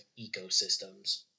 ecosystems